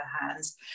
hands